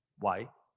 why?